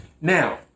Now